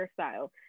hairstyle